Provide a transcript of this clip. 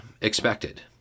expected